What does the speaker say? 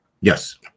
Yes